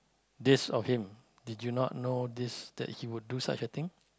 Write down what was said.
this of him did you not know this that he would do such a thing